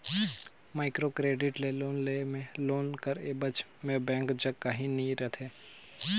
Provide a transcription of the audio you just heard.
micro credit ले loan लेय में लोन कर एबज में बेंक जग काहीं नी रहें